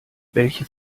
welchen